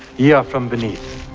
ye are from beneath